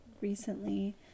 recently